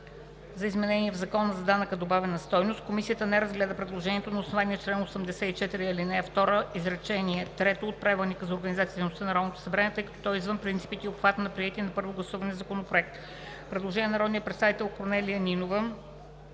за изменение в Закона за данък върху добавената стойност. Комисията не разгледа предложението на основание чл. 84, ал. 2, изречение трето от Правилника за организацията и дейността на Народното събрание, тъй като то е извън принципите и обхвата на приетия на първо гласуване законопроект. Предложение на народния представител Корнелия Нинова